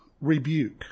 rebuke